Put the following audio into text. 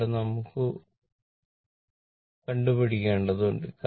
ഇവിടെ നമുക്ക് ഉം യും കണ്ടു പിടിക്കേണ്ടതുണ്ട്